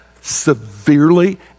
severely